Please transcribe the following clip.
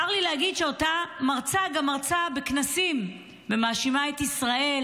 צר לי להגיד שאותה מרצה גם מרצה בכנסים ומאשימה את ישראל